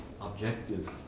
objective